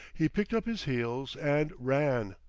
he picked up his heels and ran.